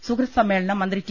സുഹൃദ് സമ്മേളനം മന്ത്രി ടി